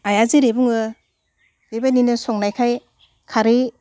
आइआ जेरै बुङो बेबायदिनो संनायखाय खारै